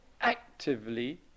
actively